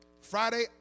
Friday